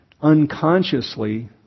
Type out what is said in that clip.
unconsciously